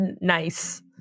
nice